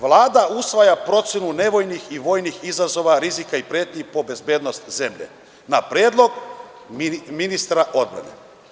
Vlada usvaja procenu nevojnih i vojnih izazova, rizika i pretnji po bezbednost zemlje na predlog ministra odbrane.